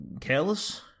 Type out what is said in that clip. careless